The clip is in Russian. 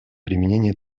применение